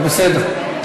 זה בסדר.